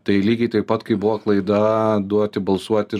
tai lygiai taip pat kaip buvo klaida duoti balsuoti